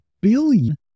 billion